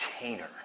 container